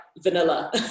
vanilla